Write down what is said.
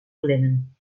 klimmen